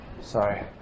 Sorry